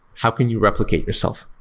how can you replicate yourself?